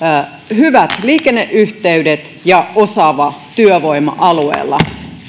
hyvät liikenneyhteydet ja osaava työvoima alueella